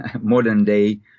modern-day